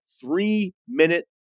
three-minute